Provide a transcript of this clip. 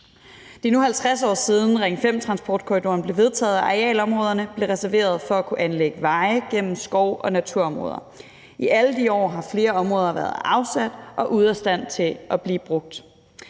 Det er nu, 50 år siden Ring 5-transportkorridoren blev vedtaget og arealerne blev reserveret for at kunne anlægge veje gennem skov- og naturområder. I alle de år har flere områder været afsat, og man har været ude af stand til at bruge